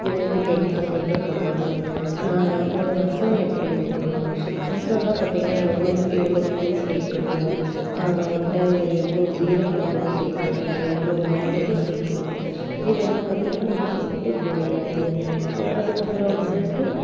எது எதுக்கு தேங்காய் சேர்க்கக்கூடாது அப்பறம் ரசம் எப்படி வைக்கணும் ரசலாம் பார்த்தீங்கன்னா எவ்வளோ எவ்வளோ புளி சேர்க்கணும் வந்துட்டு எவ்வளோ சீரகம் சேர்க்கணும் எவ்வளோ மிளகு சேர்க்கணும் இதெல்லாம் பார்த்தீங்கன்னா நமக்கு வந்துட்டு தெரியாது அதுக்கப்பறம் வந்துட்டு